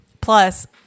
Plus